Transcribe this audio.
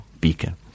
beacon